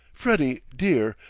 freddie, dear,